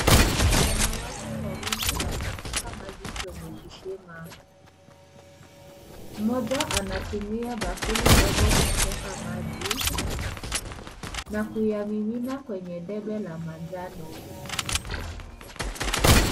Wanawake wawili wanachota maji kwenye kisima. mmoja anatumia bakuli ndogo kuteka maji na kuyamimina kwenye debe la manjano.